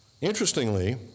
Interestingly